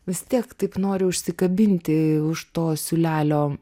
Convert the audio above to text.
vis tiek taip nori užsikabinti už to siūlelio